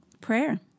prayer